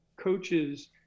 coaches